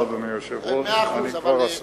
תודה, אדוני היושב-ראש, אני כבר אסכם.